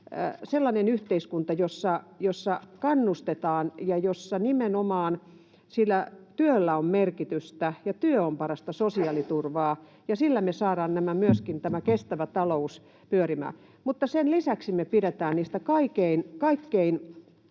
sellainen yhteiskunta, jossa kannustetaan ja jossa nimenomaan sillä työllä on merkitystä. Työ on parasta sosiaaliturvaa, ja sillä me saadaan myöskin tämä kestävä talous pyörimään. Sen lisäksi me pidetään huolta niistä